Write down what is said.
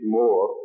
more